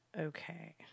Okay